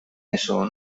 eso